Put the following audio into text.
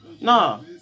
No